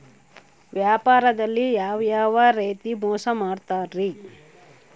ವ್ಯಾಪಾರದಲ್ಲಿ ಯಾವ್ಯಾವ ರೇತಿ ಮೋಸ ಮಾಡ್ತಾರ್ರಿ?